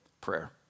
prayer